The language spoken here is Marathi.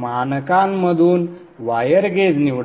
मानकांमधून वायर गेज निवडा